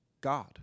God